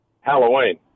Halloween